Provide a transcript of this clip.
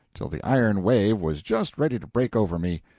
till the iron wave was just ready to break over me,